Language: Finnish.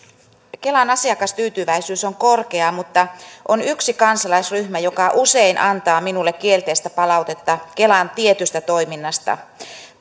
kelan asiakastyytyväisyys on korkea mutta on yksi kansalaisryhmä joka usein antaa minulle kielteistä palautetta kelan tietystä toiminnasta